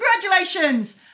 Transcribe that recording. congratulations